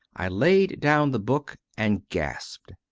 i laid down the book and gasped.